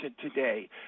today